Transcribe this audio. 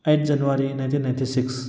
eight January nineteen ninety six